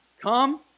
come